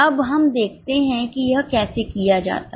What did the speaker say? अब हम देखते हैं कि यह कैसे किया जाता है